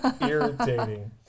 irritating